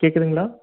கேக்குதுங்களா